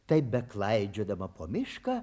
taip beklaidžiodama po mišką